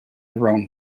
wrong